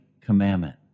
commandment